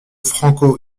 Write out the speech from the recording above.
franco